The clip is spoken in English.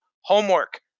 homework